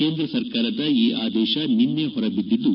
ಕೇಂದ್ರ ಸರ್ಕಾರದ ಈ ಆದೇಶ ನಿನ್ನೆ ಹೊರ ಬಿದ್ದಿದ್ದು